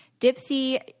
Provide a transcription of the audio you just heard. Dipsy